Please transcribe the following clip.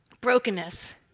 brokenness